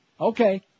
Okay